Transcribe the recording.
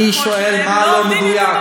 אני שואל מה לא מדויק.